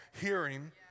hearing